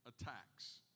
attacks